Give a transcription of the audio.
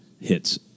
hits